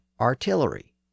artillery